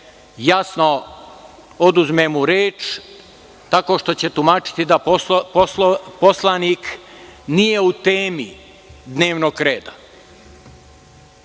jasno mu oduzme reč tako što će tumačiti da poslanik nije u temi dnevnog reda.